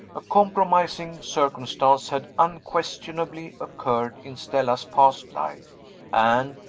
a compromising circumstance had unquestionably occurred in stella's past life and,